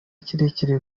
kirekire